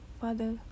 father